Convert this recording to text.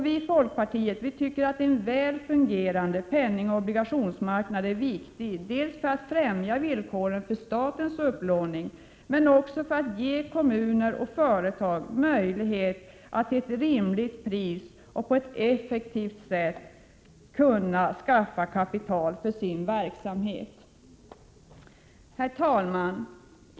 Vii folkpartiet tycker att en väl fungerande penningoch obligationsmarknad är viktig, dels för att främja villkoren för statens upplåning, dels för att ge kommuner och företag möjlighet att till ett rimligt pris och på ett effektivt sätt skaffa kapital för sin verksamhet. Herr talman!